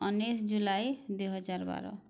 ଉଣେଇଶି ଜୁଲାଇ ଦୁଇ ହଜାର ବାର